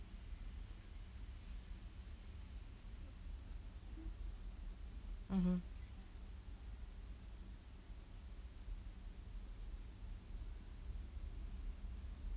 mmhmm